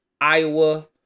Iowa